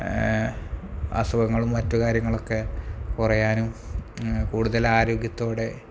അസുഖങ്ങളും മറ്റ് കാര്യങ്ങളൊക്കെ കുറയാനും കൂടുതൽ ആരോഗ്യത്തോടെ